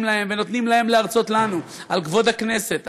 להם ונותנים להם להרצות לנו על כבוד הכנסת,